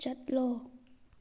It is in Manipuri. ꯆꯠꯂꯣ